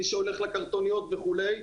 מי שהולך לקרטוניות וכולי,